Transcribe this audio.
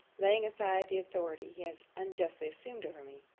laying aside the authority he has unjustly assumed over me.